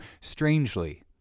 strangely